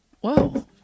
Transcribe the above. Whoa